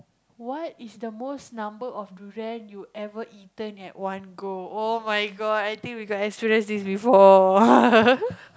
what is the most number of durian you ever eaten at one go oh-my-god I think we got experience this before